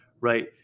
Right